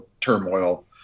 turmoil